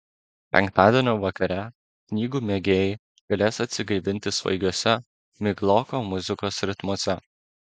penktadienio vakare knygų mėgėjai galės atsigaivinti svaigiuose migloko muzikos ritmuose